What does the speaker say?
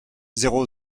zéro